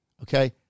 Okay